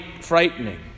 frightening